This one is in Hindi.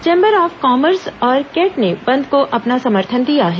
चेम्बर ऑफ कॉमर्स और कैट ने बंद को अपना समर्थन दिया है